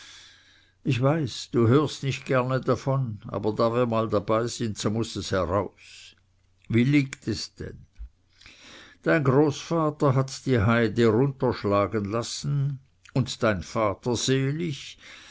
ich weiß du hörst nicht gerne davon aber da wir mal dabei sind so muß es heraus wie liegt es denn dein großvater hat die heide runterschlagen lassen und dein vater selig